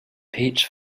peach